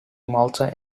malta